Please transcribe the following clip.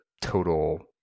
total